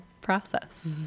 process